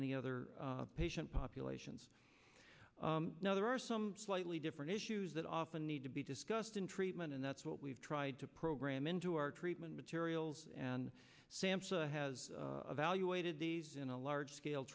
any other patient populations now there are some slightly different issues that often need to be discussed in treatment and that's what we've tried to program into our treatment materials and sam has valuated these in a large scale